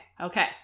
Okay